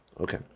Okay